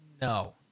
No